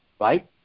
right